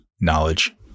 knowledge